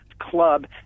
club